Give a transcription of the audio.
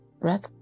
breath